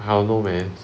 I don't know man